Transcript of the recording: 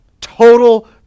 total